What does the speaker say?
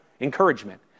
Encouragement